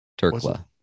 Turkla